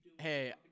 Hey